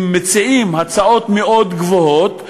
הם מציעים הצעות מאוד גבוהות,